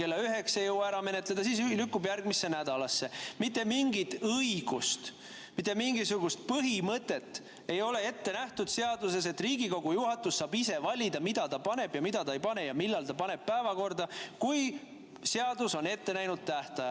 kella üheks ei jõua ära menetleda, siis lükkub järgmisse nädalasse. Mitte mingit õigust ei ole, mitte mingisugust põhimõtet ei ole ette nähtud seaduses, et Riigikogu juhatus saab ise valida, mida ta paneb ja mida ta ei pane ja millal ta paneb päevakorda, kui seadus on ette näinud tähtajad.